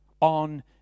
on